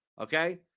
Okay